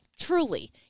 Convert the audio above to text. truly